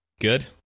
Good